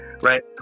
Right